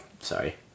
sorry